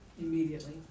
immediately